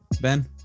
Ben